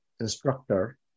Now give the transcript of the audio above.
instructor